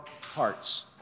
hearts